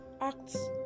Acts